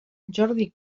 jordi